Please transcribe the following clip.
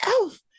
elf